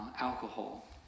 alcohol